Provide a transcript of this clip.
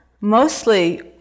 Mostly